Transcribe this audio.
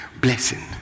blessing